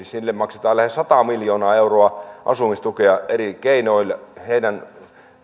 sille maksetaan lähes sata miljoonaa euroa asumistukea eri keinoin heidän